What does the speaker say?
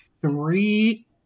Three